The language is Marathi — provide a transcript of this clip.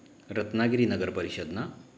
रत्नागिरी नगर परिषद ना